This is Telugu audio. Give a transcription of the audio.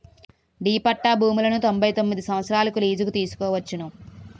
డి పట్టా భూములను తొంభై తొమ్మిది సంవత్సరాలకు లీజుకు తీసుకోవచ్చును